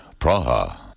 Praha